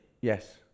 Yes